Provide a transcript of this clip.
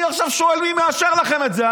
אני עכשיו שואל: מי מאשר לכם את זה?